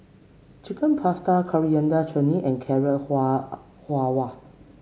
Chicken Pasta Coriander Chutney and Carrot Halwa